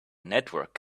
network